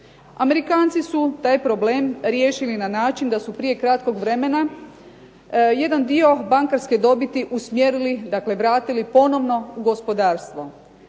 Amerikanci su taj problem riješili na način da su prije kratkog vremena jedan dio bankarske dobiti usmjerili dakle vratili ponovno u gospodarstvo,